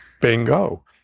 bingo